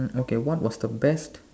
okay what was the best